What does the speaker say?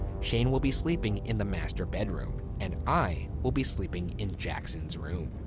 shane will be sleeping in the master bedroom, and i will be sleeping in jackson's room.